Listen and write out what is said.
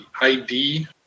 ID